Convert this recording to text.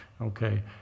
okay